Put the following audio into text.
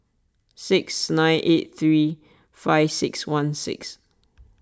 six nine eight three five six one six